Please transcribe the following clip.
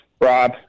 Rob